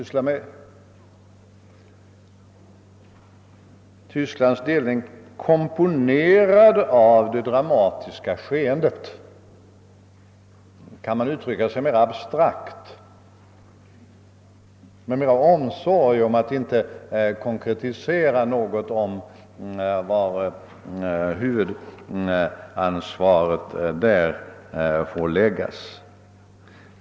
»Tysklands delning, komponerad av det dramatiska skeendet» — kan man uttrycka sig mer abstrakt och med större omsorg om att inte konkretisera var huvudansvaret bör läggas?